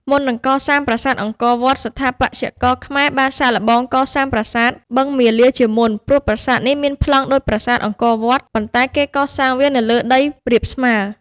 មុននឹងកសាងប្រាសាទអង្គរវត្ត ស្ថាបត្យករខ្មែរបានសាកល្បង កសាងប្រាសាទ បឹងមាលាជាមុន ព្រោះប្រាសាទនេះមានប្លង់ដូចប្រាសាទអង្គរវត្ត ប៉ុន្តែគេកសាងវានៅលើដីរាបស្មើ។